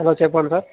hello చెప్పండి sir